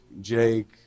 jake